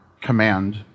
command